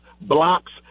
blocks